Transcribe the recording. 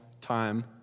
time